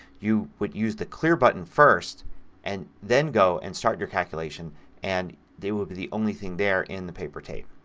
you would use the clear button first and then go and start your calculation and they will be the only thing there in the paper tape.